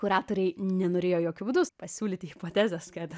kuratoriai nenorėjo jokiu būdu pasiūlyti hipotezės kad